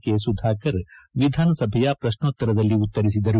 ಕೆಸುಧಾಕರ್ ವಿಧಾನಸಭೆಯ ಪ್ರಶ್ನೋತ್ತರದಲ್ಲಿ ಉತ್ತರಿಸಿದರು